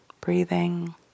breathing